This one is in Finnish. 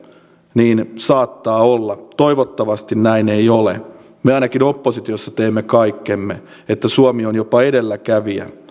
niin saattaa olla toivottavasti näin ei ole me ainakin oppositiossa teemme kaikkemme että suomi on jopa edelläkävijä